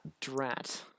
Drat